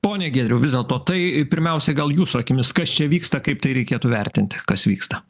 pone giedriau vis dėlto tai pirmiausiai gal jūsų akimis kas čia vyksta kaip tai reikėtų vertinti kas vyksta